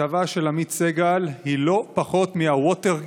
הכתבה של עמית סגל היא לא פחות מווטרגייט